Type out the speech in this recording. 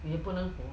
也不能